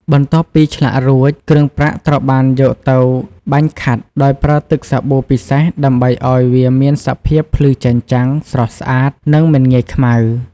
បន្ទាប់ពីឆ្លាក់រួច គ្រឿងប្រាក់ត្រូវបានយកទៅ បាញ់ខាត់ ដោយប្រើទឹកសាប៊ូពិសេសដើម្បីឱ្យវាមានសភាពភ្លឺចែងចាំង ស្រស់ស្អាត និងមិនងាយខ្មៅ។